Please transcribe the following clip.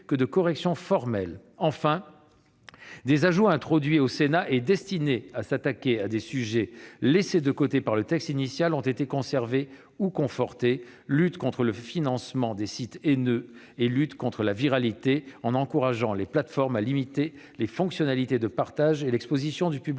que de corrections formelles. Enfin, des ajouts introduits au Sénat et destinés à s'attaquer à des sujets laissés de côté par le texte initial ont été conservés ou confortés : lutte contre le financement des sites haineux et lutte contre la viralité, les plateformes étant encouragées à limiter les fonctionnalités de partage et l'exposition du public